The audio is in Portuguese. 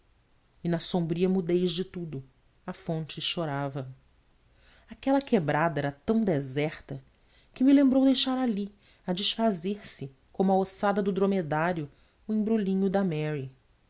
e na sombria mudez de tudo a fonte chorava aquela quebrada era tão deserta que me lembrou deixar ali a fazer-se como a ossada do dromedário o embrulhinho da mary